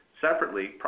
Separately